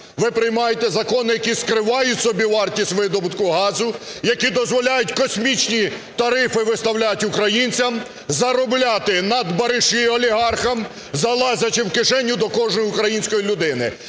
Ви приймаєте закони, які скривають собівартість видобутку газу, які дозволяють космічні тарифи виставляти українцям, заробляти надбариші олігархам, залазячи в кишеню до кожної української людини.